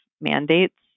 mandates